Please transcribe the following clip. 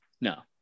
no